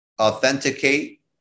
authenticate